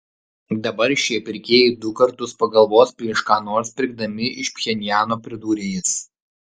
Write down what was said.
dabar šie pirkėjai du kartus pagalvos prieš ką nors pirkdami iš pchenjano pridūrė jis